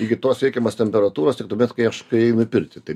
iki tos reikiamos temperatūros tik tuomet kai aš kai einu į pirtį tai